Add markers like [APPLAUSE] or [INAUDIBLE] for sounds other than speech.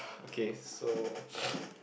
okay so [NOISE]